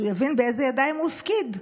שיבין באיזה ידיים הוא הפקיד.